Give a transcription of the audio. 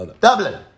Dublin